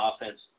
offense